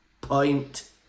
Point